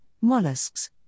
mollusks